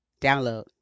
download